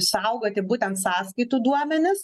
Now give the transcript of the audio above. saugoti būtent sąskaitų duomenis